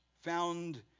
found